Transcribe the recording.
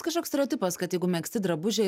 kažkoks stereotipas kad jeigu megzti drabužiai